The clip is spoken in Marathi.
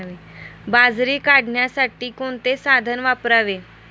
बाजरी काढण्यासाठी कोणते साधन वापरावे?